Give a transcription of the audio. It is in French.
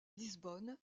lisbonne